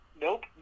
Nope